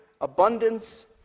abundance